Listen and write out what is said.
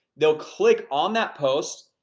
they'll click on that post,